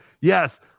Yes